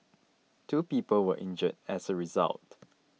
two people were injured as a result